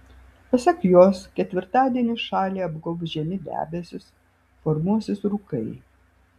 pasak jos ketvirtadienį šalį apgaubs žemi debesys formuosis rūkai